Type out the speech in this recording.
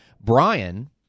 Brian